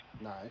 Nice